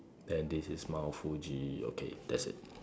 then this is mount Fuji okay that's it